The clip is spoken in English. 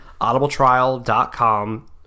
audibletrial.com